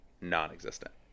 non-existent